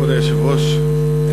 כבוד היושב-ראש,